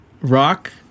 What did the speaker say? rock